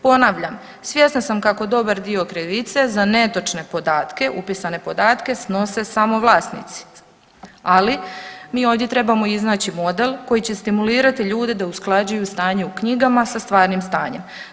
Ponavljam, svjesna sam kako dobar dio krivice za netočne podatke, upisane podatke snose samo vlasnici, ali mi ovdje trebamo iznaći model koji će stimulirati ljude da usklađuju stanje u knjigama sa stvarnim stanjem.